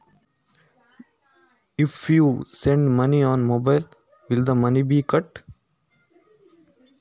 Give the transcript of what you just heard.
Mobile ನಲ್ಲಿ ಹಣ ಕಳುಹಿಸಿದರೆ ಹಣ ಕಟ್ ಆಗುತ್ತದಾ?